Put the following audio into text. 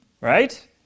right